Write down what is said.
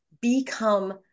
become